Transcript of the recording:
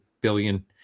billion